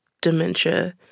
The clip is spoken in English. dementia